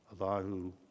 Allahu